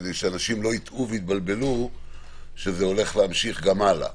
כדי שאנשים לא יטעו ויתבלבלו שזה הולך להמשיך גם הלאה,